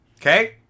Okay